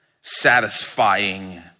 satisfying